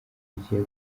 ugiye